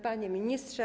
Panie Ministrze!